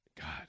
God